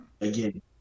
Again